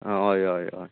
आं हय हय हय